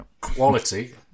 quality